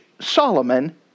Solomon